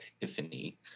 epiphany